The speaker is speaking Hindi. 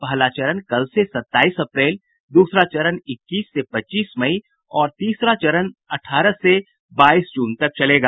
पहला चरण कल से सत्ताईस अप्रैल दूसरा चरण इक्कीस से पच्चीस मई और तीसरा चरण अठारह से बाईस जून तक चलेगा